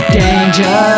danger